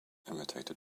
imitated